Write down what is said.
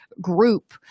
group